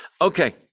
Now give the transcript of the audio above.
okay